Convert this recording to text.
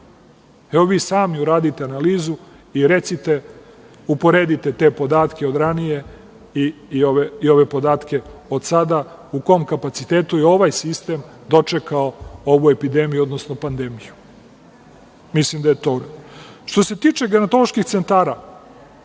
ovo? Vi sami uradite analizu i recite, uporedite te podatke od ranije i ove podatke od sada. U kom kapacitetu je ovaj sistem dočekao ovu epidemiju, odnosno pandemiju? Što se tiče gerontoloških centara,